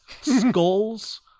skulls